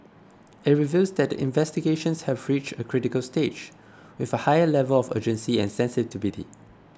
it reveals that the investigations have reached a critical stage with a higher level of urgency and sensitivity